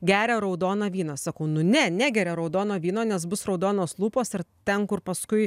geria raudoną vyną sakau nu ne negeria raudono vyno nes bus raudonos lūpos ir ten kur paskui